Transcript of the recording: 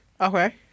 Okay